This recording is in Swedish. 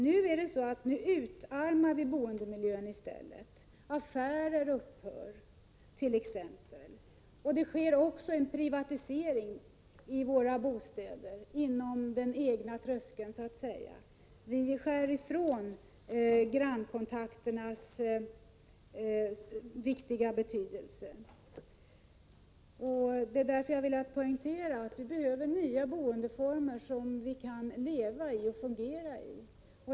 Nu utarmas i stället boendemiljön, t.ex. genom att affärer upphör. Det sker också en privatisering i våra bostäder, innanför den egna tröskeln, så att man skär av de viktiga grannkontakterna. Det är därför som jag har velat poängtera att det behövs nya boendeformer som vi kan leva och fungera i.